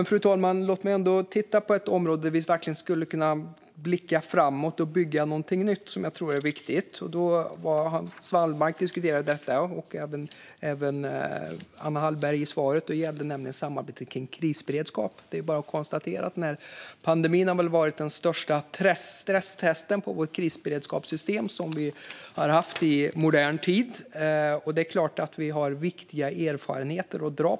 Fru talman! Låt mig ändå titta på ett område där vi skulle kunna blicka framåt och bygga något nytt, vilket jag tror är viktigt. Hans Wallmark och även Anna Hallberg diskuterade det i sitt svar. Det gäller samarbetet om krisberedskap. Pandemin har väl varit det största stresstestet av vårt krisberedskapssystem som vi har haft i modern tid. Det är klart att vi har viktiga erfarenheter att dra.